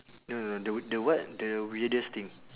no no the the what the weirdest thing